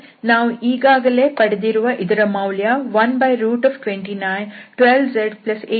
ನಾವು ಈಗಾಗಲೇ ಪಡೆದಿರುವ ಇದರ ಮೌಲ್ಯ 12912z1812y